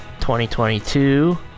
2022